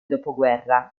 dopoguerra